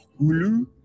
Hulu